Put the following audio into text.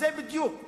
זה בדיוק.